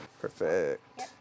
Perfect